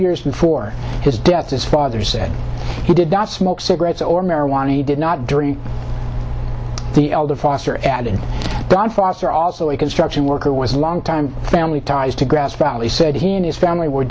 years before his death his father said he did not smoke cigarettes or marijuana he did not drink the elder foster added don foster also a construction worker was a long time family ties to grasp riley said he and his family were